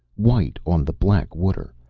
white on the black water.